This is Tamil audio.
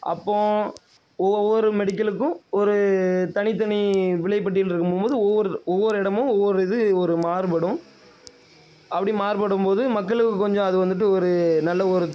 அப்போது ஒவ் ஒவ்வொரு மெடிக்கலுக்கும் ஒரு தனித்தனி விலைப்பட்டியல் இருக்குங்கும்போது ஒவ்வொரு ஒவ்வொரு இடமும் ஒவ்வொரு இது ஒரு மாறுபடும் அப்படி மாறுபடும்போது மக்களுக்கு கொஞ்சம் அது வந்துட்டு ஒரு நல்ல ஒரு